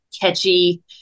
catchy